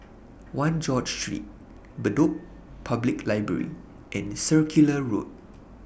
one George Street Bedok Public Library and Circular Road